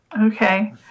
Okay